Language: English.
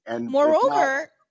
Moreover